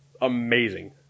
amazing